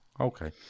Okay